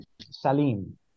Salim